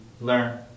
learn